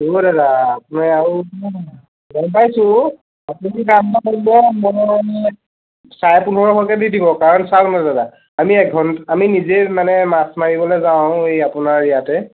অ' দাদা আপোনাক আৰু কিমান গম পাইছোঁ আপুনি চাৰে পোন্ধৰমানকৈ দি দিব কাৰণ চাওঁকনা দাদা আমি আমি নিজে মানে মাছ মাৰিবলৈ যাওঁ এই আপোনাৰ ইয়াতে